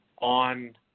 on